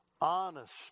honest